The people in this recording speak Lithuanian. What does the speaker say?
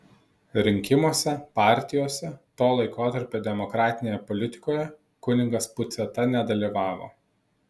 rinkimuose partijose to laikotarpio demokratinėje politikoje kunigas puciata nedalyvavo